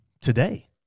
today